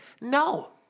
No